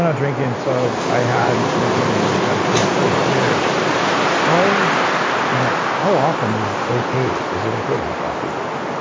out drinking, so i had insert name of junk food place here how you know how often is okay? is it okay to have fast food like that?